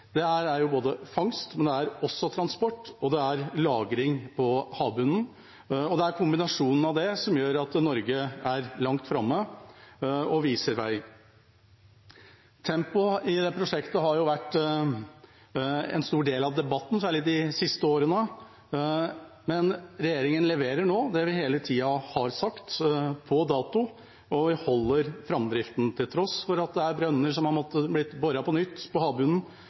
er fangst, men det er også transport, og det er lagring på havbunnen, og det er kombinasjonen av det som gjør at Norge er langt framme og viser vei. Tempoet i det prosjektet har vært en stor del av debatten, særlig de siste årene, men regjeringa leverer nå det vi hele tida har sagt, på dato, og vi holder framdriften, til tross for at det er brønner som har måttet bli boret på nytt på havbunnen,